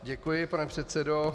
Děkuji, pane předsedo.